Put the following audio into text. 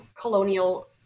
colonial